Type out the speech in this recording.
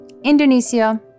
Indonesia